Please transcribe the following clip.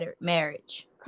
marriage